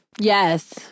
Yes